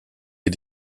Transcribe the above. est